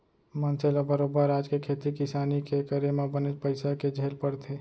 मनसे ल बरोबर आज के खेती किसानी के करे म बनेच पइसा के झेल परथे